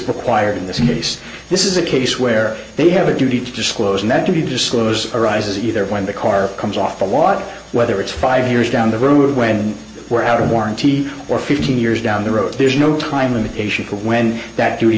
required in this nice this is a case where they have a duty to disclose and then to disclose arises either when the car comes off the lot whether it's five years down the road when we're out of warranty or fifteen years down the road there's no time limitation for when that